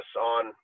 on